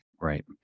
Right